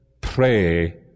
pray